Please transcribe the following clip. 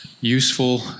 useful